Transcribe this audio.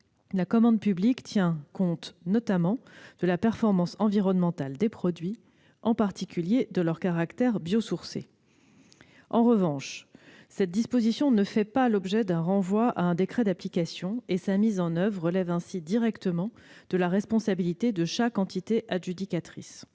La commande publique tient compte notamment de la performance environnementale des produits, en particulier de leur caractère biosourcé. » Cette disposition ne fait pas l'objet d'un renvoi à un décret d'application et sa mise en oeuvre relève ainsi directement de la responsabilité de chaque entité adjudicatrice.